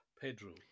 Pedro